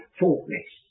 faultless